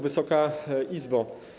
Wysoka Izbo!